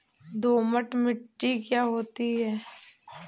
दोमट मिट्टी क्या होती हैं?